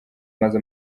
maze